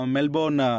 Melbourne